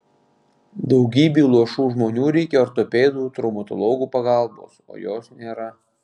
daugybei luošų žmonių reikia ortopedų traumatologų pagalbos o jos nėra